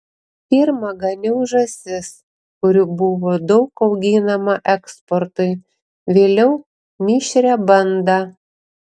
pirma ganiau žąsis kurių buvo daug auginama eksportui vėliau mišrią bandą